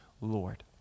Lord